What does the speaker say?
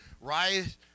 rise